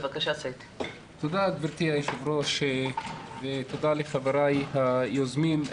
תודה, גברתי היושבת-ראש, ותודה לחבריי היוזמים.